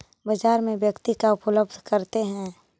बाजार में व्यक्ति का उपलब्ध करते हैं?